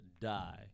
die